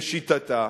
לשיטתה,